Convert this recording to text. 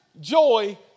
joy